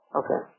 okay